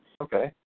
Okay